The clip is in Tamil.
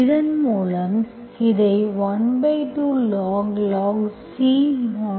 இதன்மூலம் இதை 12log C |X|